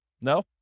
No